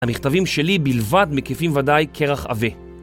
המכתבים שלי בלבד מקיפים ודאי קרח עבה.